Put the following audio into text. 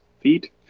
feet